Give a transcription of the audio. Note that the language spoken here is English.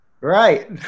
Right